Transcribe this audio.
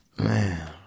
Man